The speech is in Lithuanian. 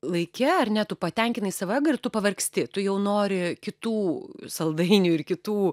laike ar ne tu patenkinai savo ego ir tu pavargsti tu jau nori kitų saldainių ir kitų